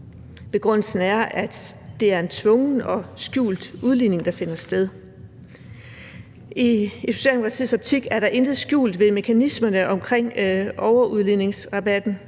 Begrundelsen er, at det er en tvungen og skjult udligning, der finder sted. I Socialdemokratiets optik er der intet skjult ved mekanismerne omkring overudligningsfunktionen.